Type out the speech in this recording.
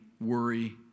worry